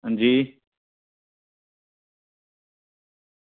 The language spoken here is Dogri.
अंजी